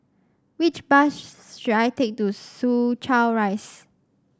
which bus should I take to Soo Chow Rise